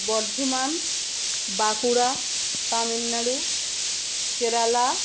Bardhaman Bankura Tamil Nadu Kerala